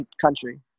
country